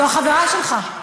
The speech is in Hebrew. זו החברה שלך.